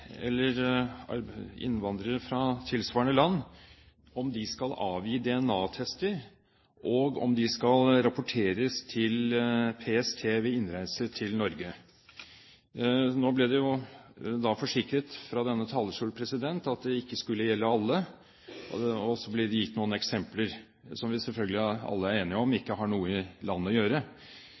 PST ved innreise til Norge. Nå ble det jo forsikret fra denne talerstol at det ikke skulle gjelde alle, og så ble det gitt noen eksempler på personer som vi selvfølgelig alle er enige om ikke har noe i landet å gjøre.